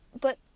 but-